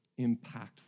impactful